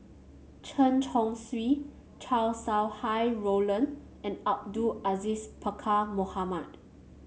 Chen Chong Swee Chow Sau Hai Roland and Abdul Aziz Pakkeer Mohamed